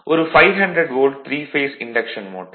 ஒரு 500 volt three phase induction motor 0